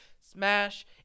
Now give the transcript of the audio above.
smash